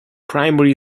primary